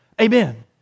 Amen